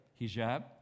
hijab